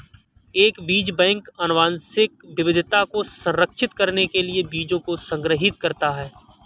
एक बीज बैंक आनुवंशिक विविधता को संरक्षित करने के लिए बीजों को संग्रहीत करता है